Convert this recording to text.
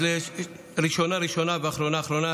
אז ראשונה, ראשונה ואחרונה, אחרונה.